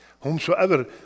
Whomsoever